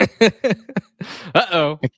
Uh-oh